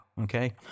okay